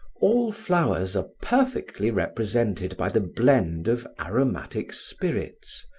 all flowers are perfectly represented by the blend of aromatic spirits,